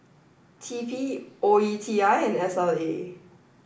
T P O E T I and S L A